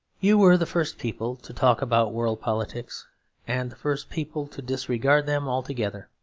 you were the first people to talk about world-politics and the first people to disregard them altogether.